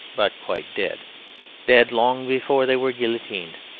but quite dead dead long before they were guillotined.